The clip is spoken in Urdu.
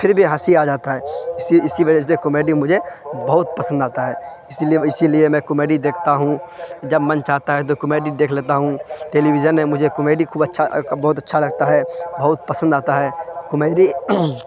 پھر بھی ہنسی آ جاتا ہے اسی وجہ سے کومیڈی مجھے بہت پسند آتا ہے اسی لیے اسی لیے میں کومیڈی دیکھتا ہوں جب من چاہتا ہے تو کومیڈی دیکھ لیتا ہوں ٹیلی ویژن میں مجھے کومیڈی خوب اچھا بہت اچھا لگتا ہے بہت پسند آتا ہے کومیڈی